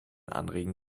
anregen